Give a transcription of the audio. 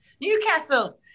Newcastle